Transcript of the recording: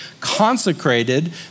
Consecrated